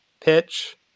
pitch